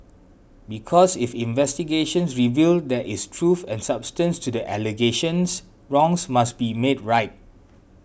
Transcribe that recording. because if investigations reveal there is truth and substance to the allegations wrongs must be made right